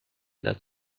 that